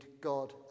God